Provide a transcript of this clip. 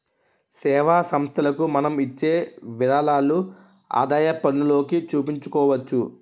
సేవా సంస్థలకు మనం ఇచ్చే విరాళాలు ఆదాయపన్నులోకి చూపించుకోవచ్చు